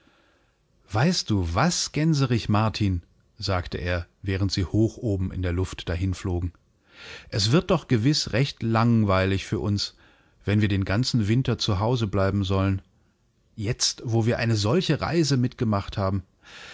weißt du was gänserich martin sagte er während sie hoch oben in der luftdahinflogen eswirddochgewißrechtlangweiligfüruns wennwirden ganzen winter zu hause bleiben sollen jetzt wo wir eine solche reise mitgemacht haben